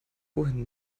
wohin